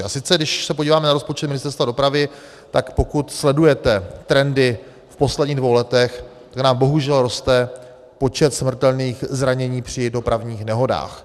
A sice když se podíváme na rozpočet Ministerstva dopravy, tak pokud sledujete trendy v posledních dvou letech, kde nám bohužel roste počet smrtelných zranění při dopravních nehodách.